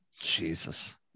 Jesus